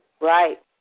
Right